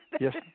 Yes